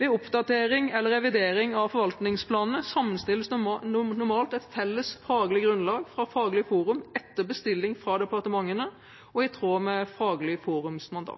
Ved oppdatering eller revidering av forvaltningsplanene sammenstilles det normalt et felles faglig grunnlag fra Faglig forum etter bestilling fra departementene og i tråd